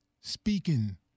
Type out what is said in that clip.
speaking